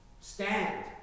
Stand